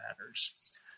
matters